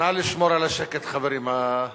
נא לשמור על השקט, חברים.